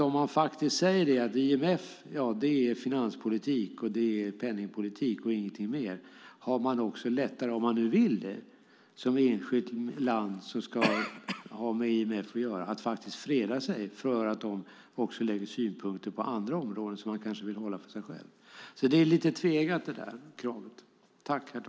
Om man säger att IMF är finanspolitik och penningpolitik och ingenting mer har man också lättare, om man vill det, som enskilt land som ska ha med IMF att göra att freda sig från att de också lägger synpunkter på andra områden som man kanske vill hålla för sig själv. Det kravet är lite tveeggat.